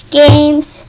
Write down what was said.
games